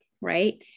Right